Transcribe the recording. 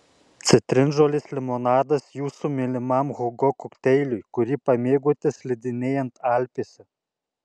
citrinžolės limonadas jūsų mylimam hugo kokteiliui kurį pamėgote slidinėjant alpėse